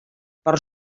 per